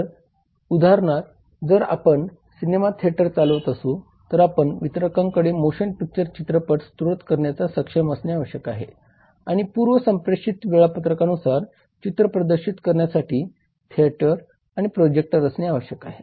तर उदाहरणार्थ जर आपण सिनेमा थिएटर चालवत असू तर आपण वितरकांकडून मोशन पिक्चर चित्रपट स्त्रोत करण्यास सक्षम असणे आवश्यक आहे आणि पूर्व संप्रेषित वेळापत्रकानुसार चित्र प्रदर्शित करण्यासाठी थिएटर आणि प्रोजेक्टर असणे आवश्यक आहे